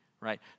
right